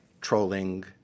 trolling –